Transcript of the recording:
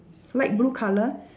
light blue colour